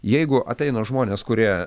jeigu ateina žmonės kurie